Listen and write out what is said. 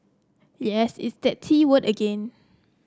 yes it's that T word again